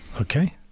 Okay